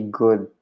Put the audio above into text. good